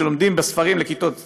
שלומדים בספרים לכיתות ז',